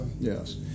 yes